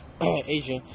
Asia